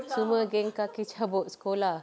semua geng kaki cabut sekolah